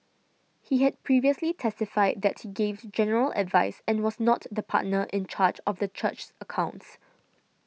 he had previously testified that he gave general advice and was not the partner in charge of the church's accounts